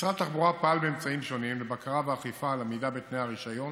משרד התחבורה פעל באמצעים שונים לבקרה של עמידה בתנאי הרישיון